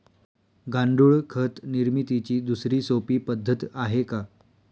गांडूळ खत निर्मितीची दुसरी सोपी पद्धत आहे का?